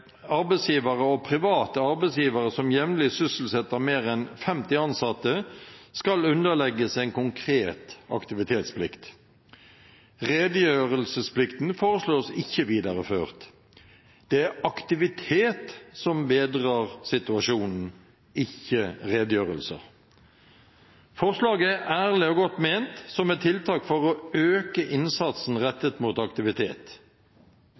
og private arbeidsgivere som jevnlig sysselsetter mer enn 50 ansatte, skal underlegges en konkret aktivitetsplikt. Redegjørelsesplikten foreslås ikke videreført. Det er aktivitet som bedrer situasjonen, ikke redegjørelser. Forslaget er ærlig og godt ment som et tiltak for å øke innsatsen rettet mot aktivitet.